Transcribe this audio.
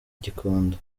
gikondo